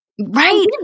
Right